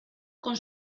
con